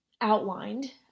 outlined